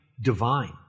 divine